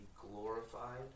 glorified